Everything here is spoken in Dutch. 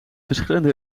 verschillende